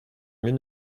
mille